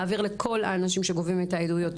להעביר לכל האנשים שגובים את העדויות,